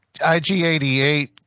IG88